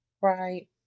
Right